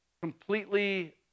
completely